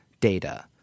data